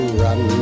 run